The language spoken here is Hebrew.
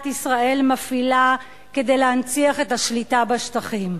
ישראל מפעילה כדי להנציח את השליטה בשטחים.